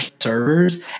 servers